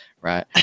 right